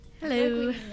Hello